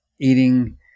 eating